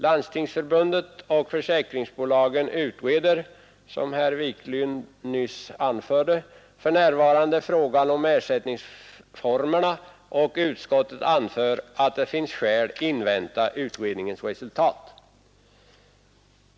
Landstingsförbundet och försäkringsbolagen utreder, såsom herr Wiklund i Stockholm nyss anförde, för närvarande frågan om ersättningsformerna och utskottet anför att det finns skäl att invänta utredningens resultat.